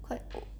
quite